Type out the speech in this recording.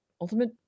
Ultimate